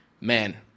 man